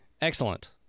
Excellent